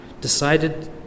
decided